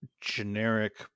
generic